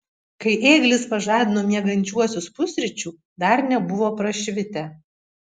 kai ėglis pažadino miegančiuosius pusryčių dar nebuvo prašvitę